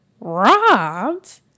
Robbed